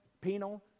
penal